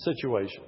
situation